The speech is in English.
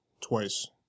twice